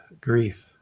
grief